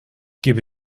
gebe